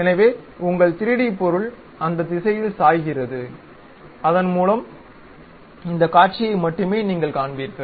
எனவே உங்கள் 3D பொருள் அந்த திசையில் சாய்கிறது இதன் மூலம் இந்த காட்சியை மட்டுமே நீங்கள் காண்பீர்கள்